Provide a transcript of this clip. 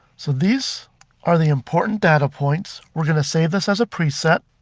so these are the important data points. we're going to save this as a preset